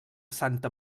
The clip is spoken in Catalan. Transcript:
santa